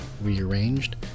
rearranged